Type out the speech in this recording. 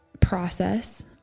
process